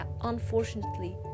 unfortunately